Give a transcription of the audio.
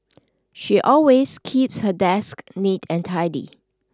she always keeps her desk neat and tidy